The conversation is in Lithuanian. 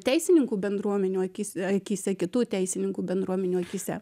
teisininkų bendruomenių akys akyse kitų teisininkų bendruomenių akyse